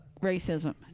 racism